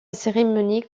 cérémonie